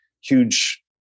huge